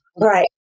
Right